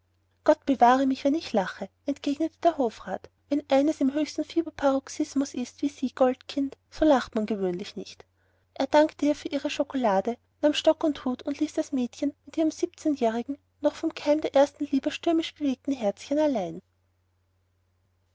gott bewahre mich daß ich lache entgegnete der hofrat wenn eines im höchsten fieberparoxismus ist wie sie goldkind so lacht man gewöhnlich nicht er dankte ihr für ihre schokolade nahm stock und hut und ließ das mädchen mit ihrem siebzehnjährigen von dem keim der ersten liebe stürmisch bewegten herzchen allein